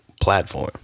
platform